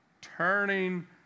turning